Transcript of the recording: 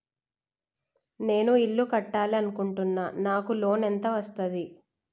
నేను ఇల్లు కట్టాలి అనుకుంటున్నా? నాకు లోన్ ఎంత వస్తది?